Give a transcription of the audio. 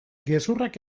gezurrak